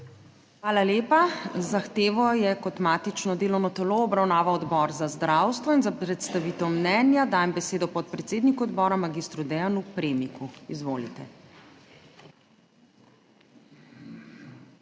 Hvala lepa. Zahtevo je kot matično delovno telo obravnaval Odbor za zdravstvo in za predstavitev mnenja dajem besedo podpredsedniku odbora mag. Deanu Premiku. Izvolite.